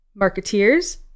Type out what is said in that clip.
Marketeers